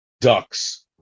ducks